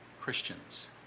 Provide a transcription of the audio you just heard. Christians